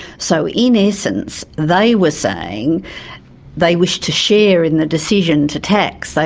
so in essence they were saying they wished to share in the decision to tax.